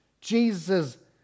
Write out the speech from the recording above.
Jesus